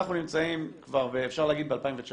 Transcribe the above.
אנחנו נמצאים כבר אפשר לומר ב-2019,